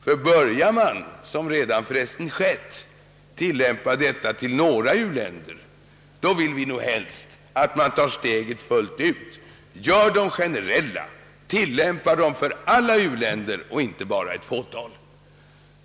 Ty börjar man — som för övrigt redan skett — tillämpa detta system för några u-länder, vill vi helst att man tar steget fullt ut och gör bestämmelserna generella, så att preferenserna kan ges alla u-länder och inte bara ett fåtal.